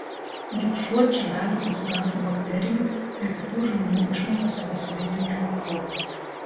juk šuo čia gali pasigauti bakterijų ir kitų žmonių išmatose besiveisiančių mikrobų